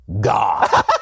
God